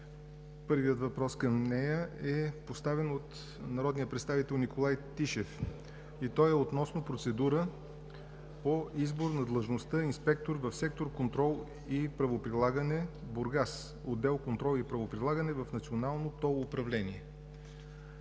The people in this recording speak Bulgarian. Първият въпрос към нея е поставен от народния представител Николай Тишев относно процедура по избор на длъжността „инспектор“ в сектор „Контрол и правоприлагане“ – Бургас, отдел „Контрол и правоприлагане“ в Национално ТОЛ управление.